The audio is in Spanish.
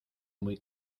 muy